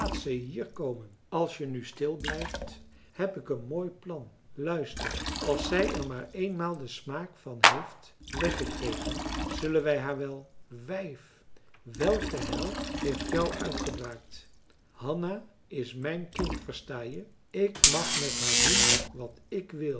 hier komen als je nu stil blijft heb ik een mooi plan luister als zij er maar eenmaal den smaak van heeft weggekregen zullen wij haar wel wijf welke hel heeft jou uitgebraakt hanna is mijn kind versta je ik mag met haar doen wat ik wil